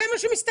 זה מה שמסתכלים.